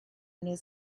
near